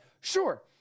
sure